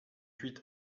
huit